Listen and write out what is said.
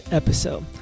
episode